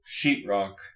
sheetrock